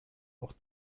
auch